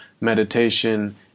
meditation